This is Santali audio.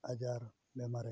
ᱟᱡᱟᱨᱼᱵᱤᱢᱟᱨᱮ